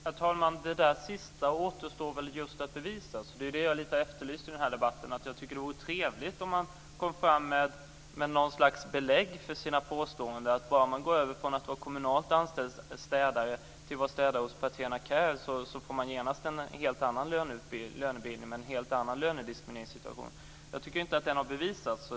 Herr talman! Det sista återstår väl att bevisa. Jag efterlyser att det vore trevligt att komma med något slags belägg för sina påståenden att om man bara går över från att vara kommunalt anställd städare till att städa hos Partena Care får man genast en helt annan lönebildning med en helt annan lönediskrimineringssituation. Det påståendet har inte bevisats.